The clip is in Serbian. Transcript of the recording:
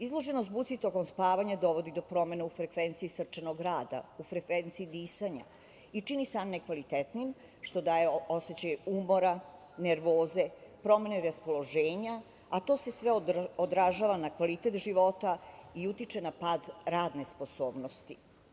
Izloženost buci tokom spavanja dovodi do promena u frekvenciji srčanog rada, u frekvenciji disanja i čini san nekvalitetnim, što daje osećaj umora, nervoze, promene raspoloženja, a to se sve odražava na kvalitet života i utiče na pad radne sposobnosti.